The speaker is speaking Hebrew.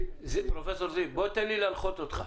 פרופ' זיו, תן לי להנחות אותך.